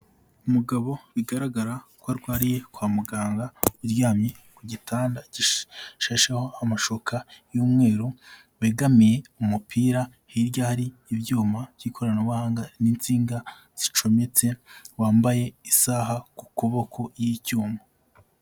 Umugabo bigaragara ko arwariye kwa muganga, aryamye ku gitanda gishasheho amashuka y'umweru, wegamiye umupira, hirya hari ibyuma by'ikoranabuhanga n'insinga zicometse, wambaye isaha ku kuboko y'icyuma.